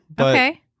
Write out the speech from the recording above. Okay